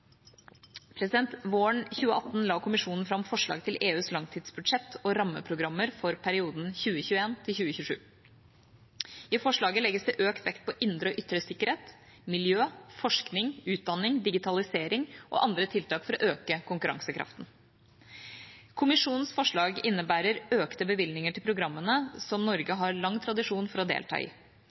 Våren 2018 la Kommisjonen fram forslag til EUs langtidsbudsjett og rammeprogrammer for perioden 2021–2027. I forslaget legges det økt vekt på indre og ytre sikkerhet, miljø, forskning, utdanning, digitalisering og andre tiltak for å øke konkurransekraften. Kommisjonens forslag innebærer økte bevilgninger til programmene som Norge har lang tradisjon for å delta i.